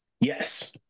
yes